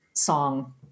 song